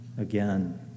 again